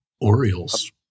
orioles